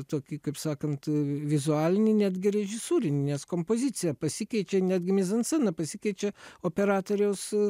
tokį kaip sakant vizualinį netgi režisūrinės kompozicija pasikeičia netgi mizanscena pasikeičia operatoriaus